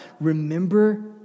remember